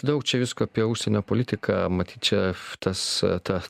daug čia visko apie užsienio politiką matyt čia tas ta